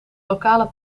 lokale